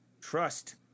Trust